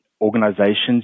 organizations